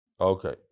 Okay